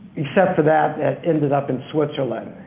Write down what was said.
except that ended up in switzerland.